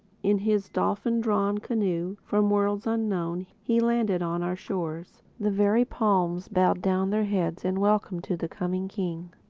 in his dolphin-drawn canoe from worlds unknown he landed on our shores. the very palms bowed down their heads in welcome to the coming king.